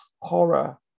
horror